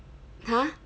!huh!